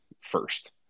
first